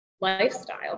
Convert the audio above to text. lifestyle